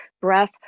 breath